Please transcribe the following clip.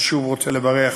אני שוב רוצה לברך